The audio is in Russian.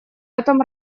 этом